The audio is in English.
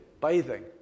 bathing